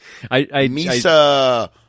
Misa